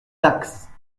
dax